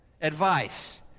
advice